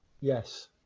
Yes